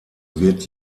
wird